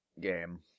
game